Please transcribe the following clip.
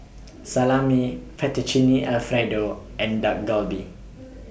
Salami Fettuccine Alfredo and Dak Galbi